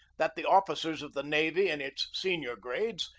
that the officers of the navy, in its senior grades,